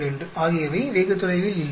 42 ஆகியவை வெகு தொலைவில் இல்லை